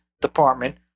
department